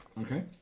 Okay